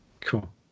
Cool